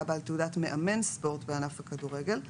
בעל תעודת מאמן ספורט בענף הכדורגל,